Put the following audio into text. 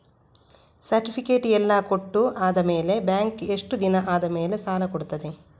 Certificate ಎಲ್ಲಾ ಕೊಟ್ಟು ಆದಮೇಲೆ ಬ್ಯಾಂಕ್ ಎಷ್ಟು ದಿನ ಆದಮೇಲೆ ಸಾಲ ಕೊಡ್ತದೆ?